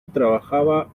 trabajaba